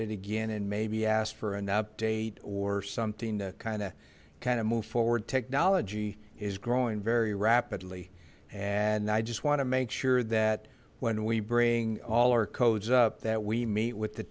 it again and maybe ask for an update or something to kind of kind of move forward technology is growing very rapidly and i just want to make sure that when we bring all our codes up that we meet with the